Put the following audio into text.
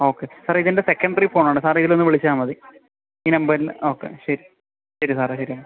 okay സാറേ ഇതെൻ്റെ secondary ഫോണാണ് സാറിതിലൊന്ന് വിളിച്ചാൽ മതി ഈ നമ്പറിൽ ഓക്കെ ശരി ശരി സാറേ ശരി എന്നാൽ